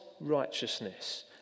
righteousness